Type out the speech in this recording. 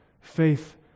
faith